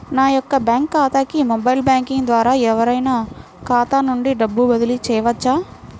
నా యొక్క బ్యాంక్ ఖాతాకి మొబైల్ బ్యాంకింగ్ ద్వారా ఎవరైనా ఖాతా నుండి డబ్బు బదిలీ చేయవచ్చా?